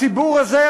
הציבור הזה,